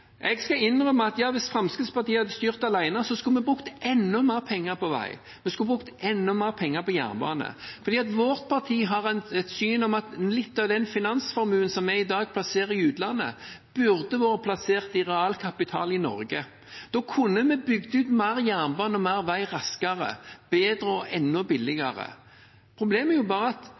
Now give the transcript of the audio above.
Jeg skal innrømme at hvis Fremskrittspartiet hadde styrt alene, skulle vi brukt enda mer penger på vei, vi skulle brukt enda mer penger på jernbane – for vårt parti har det synet at litt av den finansformuen som vi i dag plasserer i utlandet, burde vært plassert i realkapital i Norge. Da kunne vi bygd ut mer jernbane og mer vei raskere, bedre og enda billigere. Problemet er bare at